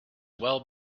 well